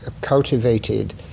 cultivated